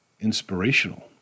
inspirational